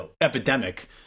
epidemic